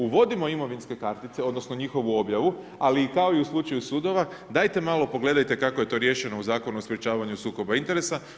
Uvodimo imovinske kartice odnosno njihovu objavu, ali kao i u slučaju sudova dajte malo pogledajte kako je to riješeno u Zakonu o sprječavanju sukoba interesa.